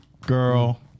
girl